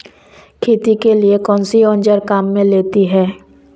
खेती के लिए कौनसे औज़ार काम में लेते हैं?